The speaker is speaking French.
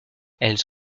elles